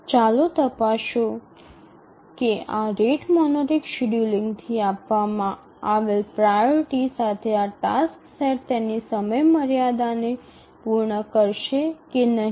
ચાલો તપાસો કે આ રેટ મોનોટિક શેડ્યૂલિંગથી આપવામાં આવેલ પ્રાઓરિટી સાથે આ ટાસ્ક સેટ તેની સમયમર્યાદાને પૂર્ણ કરશે કે નહીં